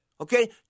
okay